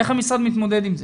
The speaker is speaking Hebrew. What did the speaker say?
איך המשרד מתמודד עם זה?